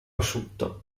asciutto